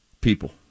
people